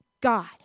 God